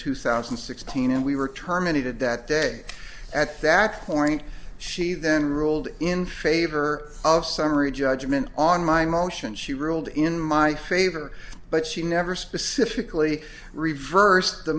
two thousand and sixteen and we were terminated that day at that that point she then ruled in favor of summary judgment on my motion she ruled in my favor but she never specifically reversed the